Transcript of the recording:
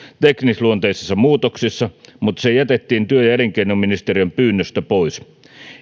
teknisluonteisissa muutoksissa mutta se jätettiin työ ja elinkeinoministeriön pyynnöstä pois